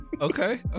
okay